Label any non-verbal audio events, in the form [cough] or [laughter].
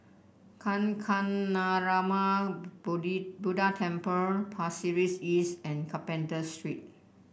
Kancanarama [unintelligible] Buddha Temple Pasir Ris East and Carpenter Street